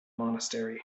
monastery